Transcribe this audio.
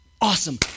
awesome